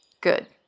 Good